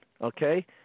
okay